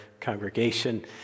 congregation